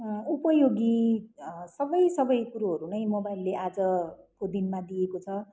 उपयोगी सबै सबै कुरोहरू नै मोबाइलले आजको दिनमा दिएको छ